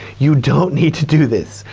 you don't need to do this.